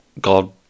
God